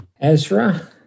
Ezra